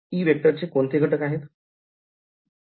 चे कोणते घटक आहेत